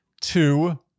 Two